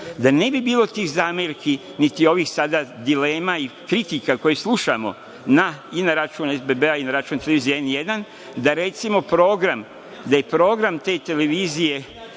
da ne bi bilo tih zamerki, niti ovih sada dilema i kritika koje slušamo i na račun SBB i na račun televizije „N1“, da je recimo program te televizije